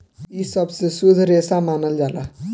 इ सबसे शुद्ध रेसा मानल जाला